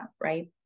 Right